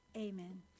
Amen